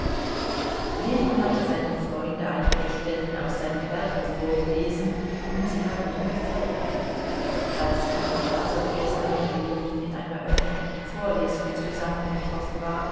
ljewin hatte seinem freunde einige stellen aus seinem werke vorgelesen und sie hatten ihm gefallen als katawasow gestern mit ljewin in einer öffentlichen vorlesung zusammengetroffen war